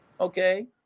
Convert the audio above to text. Okay